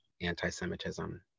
anti-Semitism